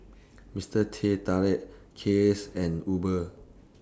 Mister Teh Tarik Kiehl's and Uber